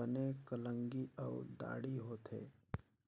बने कलंगी अउ दाड़ी होथे